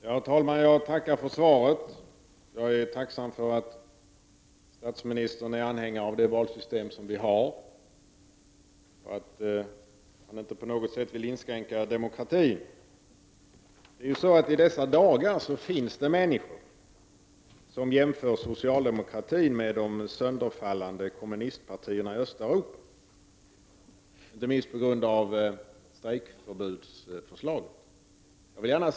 Herr talman! Jag tackar för svaret. Jag är tacksam för att statsministern är anhängare av det valsystem som vi har och att han inte på något sätt vill inskränka demokratin. I dessa dagar finns det människor som jämför socialdemokratin med de sönderfallande kommunistpartierna i Östeuropa, inte minst på grund av regeringens förslag om strejkförbud.